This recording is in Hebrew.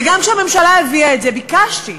וגם כשהממשלה הביאה את זה, ביקשתי: